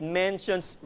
mentions